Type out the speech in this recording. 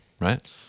right